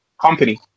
company